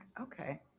Okay